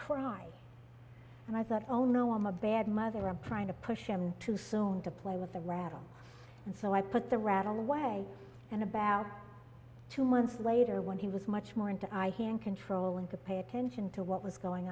cry and i thought oh no i'm a bad mother i'm trying to push him to film to play with a rattle and so i put the rattle away and about two months later when he was much more into i he and control and to pay attention to what was going